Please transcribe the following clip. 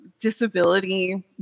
disability